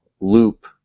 loop